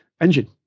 engine